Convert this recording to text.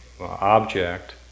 object